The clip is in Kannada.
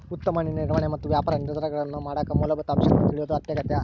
ಉತ್ತಮ ಹಣ್ಣಿನ ನಿರ್ವಹಣೆ ಮತ್ತು ವ್ಯಾಪಾರ ನಿರ್ಧಾರಗಳನ್ನಮಾಡಕ ಮೂಲಭೂತ ಅಂಶಗಳನ್ನು ತಿಳಿಯೋದು ಅತ್ಯಗತ್ಯ